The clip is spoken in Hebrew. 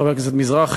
חבר הכנסת מזרחי,